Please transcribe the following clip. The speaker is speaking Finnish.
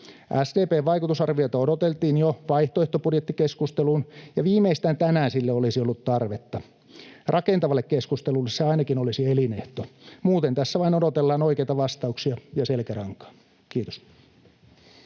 SDP:n vaikutusarviota odoteltiin jo vaihtoehtobudjettikeskusteluun, ja viimeistään tänään sille olisi ollut tarvetta. Rakentavalle keskustelulle se ainakin olisi elinehto. Muuten tässä vain odotellaan oikeita vastauksia ja selkärankaa. — Kiitos.